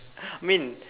mean